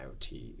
IoT